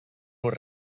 los